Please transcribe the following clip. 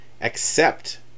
accept